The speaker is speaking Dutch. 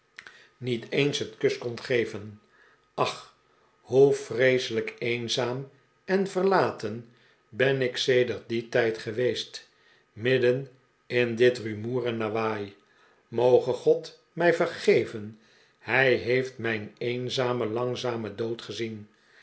niet eens een kus kon geven ach hoe vreeselijk eenzaam en verlaten ben ik sedert dien tijd geweest midden in dit rumoer en lawaai moge god mij vergeven hij heeft mijn eenzamen langzamen dood